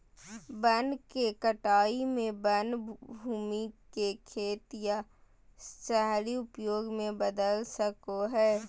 वन के कटाई में वन भूमि के खेत या शहरी उपयोग में बदल सको हइ